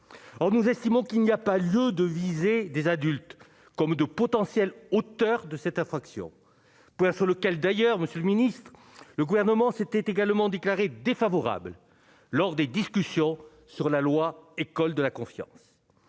or nous estimons qu'il n'y a pas lieu de viser des adultes comme de potentiels, auteur de cette infraction, point sur lequel d'ailleurs, Monsieur le Ministre, le gouvernement s'était également déclaré défavorable lors des discussions sur la loi, école de la confiance